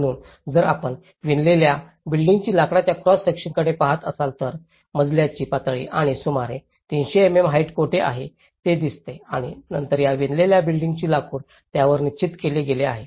म्हणून जर आपण विणलेल्या बिल्डिंगी लाकडाच्या क्रॉस सेक्शनकडे पहात असाल तर मजल्याची पातळी आणि सुमारे 300 mm हाईट कोठे आहे हे दिसते आणि नंतर या विणलेल्या बिल्डिंगी लाकूड त्यावर निश्चित केले गेले आहे